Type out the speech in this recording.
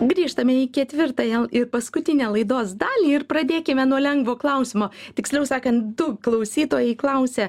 grįžtame į ketvirtąją ir paskutinę laidos dalį ir pradėkime nuo lengvo klausimo tiksliau sakant du klausytojai klausia